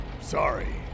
Sorry